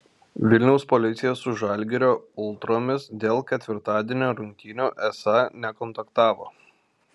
vilniaus policija su žalgirio ultromis dėl ketvirtadienio rungtynių esą nekontaktavo